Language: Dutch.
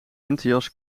winterjas